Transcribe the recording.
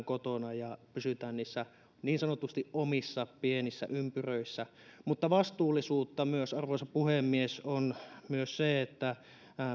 kotona ja pysytään niissä niin sanotusti omissa pienissä ympyröissä mutta vastuullisuutta arvoisa puhemies on myös se että